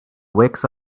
wakes